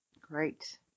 Great